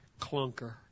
clunker